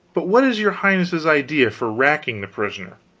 but what is your highness's idea for racking the prisoner?